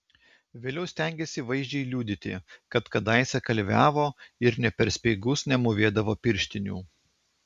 vėliau stengėsi vaizdžiai liudyti kad kadaise kalviavo ir nė per speigus nemūvėdavo pirštinių